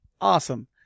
awesome